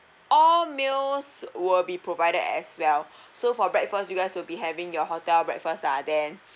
all meals will be provided as well so for breakfast you guys will be having your hotel breakfast lah then